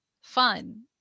fun